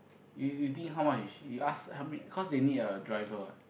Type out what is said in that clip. you you think how much is you ask help me cause they need a driver what